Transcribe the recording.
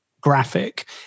graphic